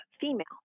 female